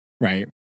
right